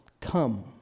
come